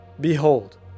behold